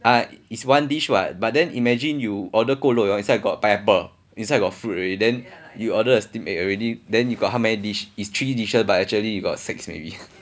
I is one dish what but then imagine you order ku lou yok inside got pineapple inside got fruit already then you order the steam egg already then you got how many dish is three dishes but actually you got six maybe